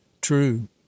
True